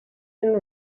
and